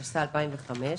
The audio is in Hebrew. התשס"ה-2005.